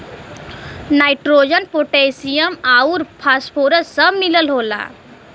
nitrogen potassium आउर phosphorus सब मिलल होला